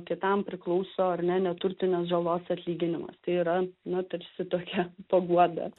kitam priklauso ar ne neturtinės žalos atlyginimas tai yra nu tarsi tokia paguoda